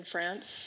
France